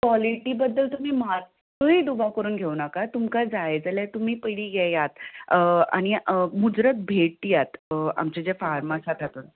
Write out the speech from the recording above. quality बद्दल तुमी मात्तय दुबाव करून घेनाकात तुमकां जाय जाल्यार तुमी पयलीं येयात आनी मुजरत भेट दियात आमचें जें फार्म आसा तातूंत